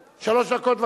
אמרו לי: שלוש דקות.